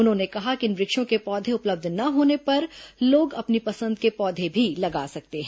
उन्होंने कहा कि इन वृक्षों के पौधे उपलब्ध न होने पर लोग अपनी पसंद के पौधे भी लगा सकते हैं